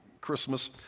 Christmas